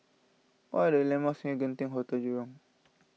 what are the landmarks near Genting Hotel Jurong